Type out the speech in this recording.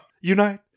Unite